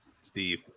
steve